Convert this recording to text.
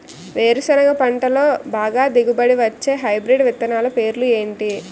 వేరుసెనగ పంటలో బాగా దిగుబడి వచ్చే హైబ్రిడ్ విత్తనాలు పేర్లు ఏంటి?